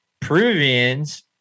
Peruvians